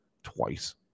twice